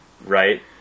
Right